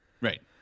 Right